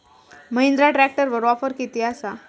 महिंद्रा ट्रॅकटरवर ऑफर किती आसा?